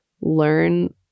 learn